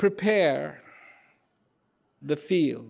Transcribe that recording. prepare the field